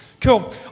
Cool